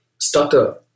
stutter